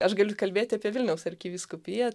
aš galiu kalbėti apie vilniaus arkivyskupiją